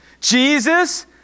Jesus